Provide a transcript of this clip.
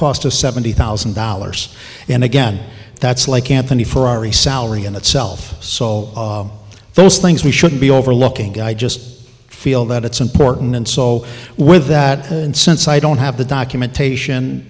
cost a seventy thousand dollars and again that's like anthony ferrari salary in itself so those things we shouldn't be overlooking i just feel that it's important and so with that and since i don't have the documentation